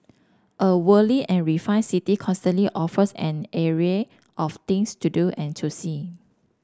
a worldly and refined city constantly offers an array of things to do and to see